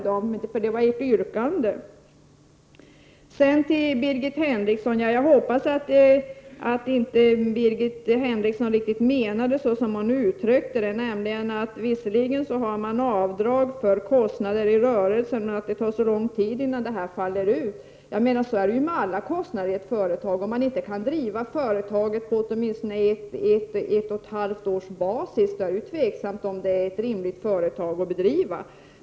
Det förelåg ju ett yrkande på den punkten. Jag hoppas att Birgit Henriksson inte riktigt menade så som hon uttryckte det. Visserligen har man avdrag för kostnader i rörelse, men det tar lång tid innan det ger utslag. Men så är det med alla kostnader i ett företag. Om man inte kan driva företaget på åtminstone ett eller ett och ett halvt års basis, då är det tveksamt om företaget över huvud taget skall drivas.